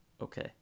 Okay